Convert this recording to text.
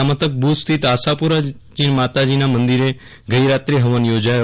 જિલ્લા મથક ભુજ સ્થિત આશાપુરા માતાજીના મંદિરે ગઈરાત્રે હવન યોજાશે